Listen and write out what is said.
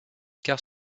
cars